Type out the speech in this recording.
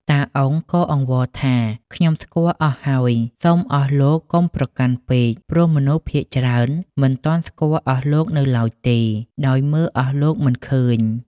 តាអ៊ុងក៏អង្វរថា "ខ្ញុំស្គាល់អស់ហើយ សុំអស់លោកកុំប្រកាន់ពេក ព្រោះមនុស្សភាគច្រើនមិនទាន់ស្គាល់អស់លោកនៅឡើយទេ ដោយមើលអស់លោកមិនឃើញ